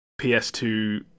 PS2